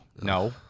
No